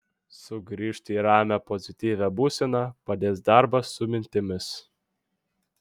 sugrįžti į ramią pozityvią būseną padės darbas su mintimis